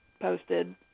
Posted